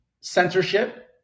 censorship